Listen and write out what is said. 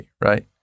right